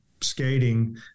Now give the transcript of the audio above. skating